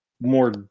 more